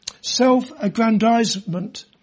self-aggrandizement